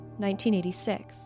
1986